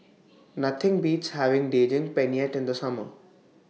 Nothing Beats having Daging Penyet in The Summer